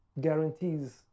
guarantees